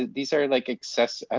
these are like access. i